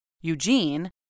Eugene